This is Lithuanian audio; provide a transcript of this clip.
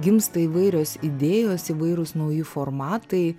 gimsta įvairios idėjos įvairūs nauji formatai